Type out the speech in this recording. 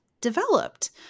developed